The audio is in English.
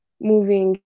moving